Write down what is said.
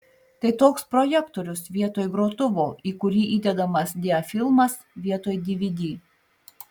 tai toks projektorius vietoj grotuvo į kurį įdedamas diafilmas vietoj dvd